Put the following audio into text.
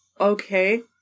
Okay